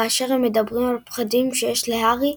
כאשר הם מדברים על פחדים שיש להארי,